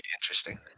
interesting